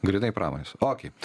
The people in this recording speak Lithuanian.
grynai pramonės okei